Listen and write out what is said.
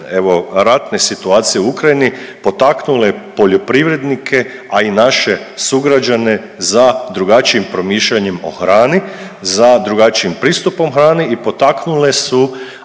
evo ratne situacije u Ukrajini potaknule poljoprivrednike, a i naše sugrađane za drugačijem promišljanjem o hrani, za drugačijim pristupom hrani i potaknule su